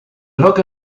rock